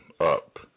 up